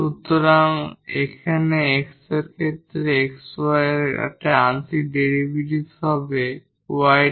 সুতরাং এখানে x এর ক্ষেত্রে xy এর আংশিক ডেরিভেটিভ হবে y dx x dy